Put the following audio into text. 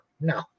No